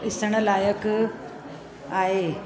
ॾिसणु लाइक़ु आहे